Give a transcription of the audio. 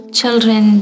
children